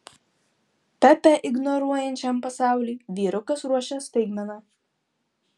pepę ignoruojančiam pasauliui vyrukas ruošia staigmena